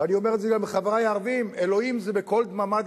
ואני אומר את זה גם לחברי הערבים: אלוהים זה בקול דממה דקה,